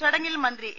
ചടങ്ങിൽ മന്ത്രി എ